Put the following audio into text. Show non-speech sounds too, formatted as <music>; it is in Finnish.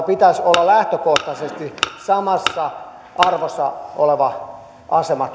<unintelligible> pitäisi olla lähtökohtaisesti samassa arvossa oleva asema <unintelligible>